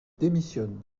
démissionne